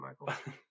Michael